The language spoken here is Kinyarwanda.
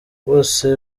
bose